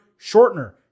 shortener